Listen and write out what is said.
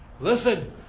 Listen